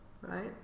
right